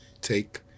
take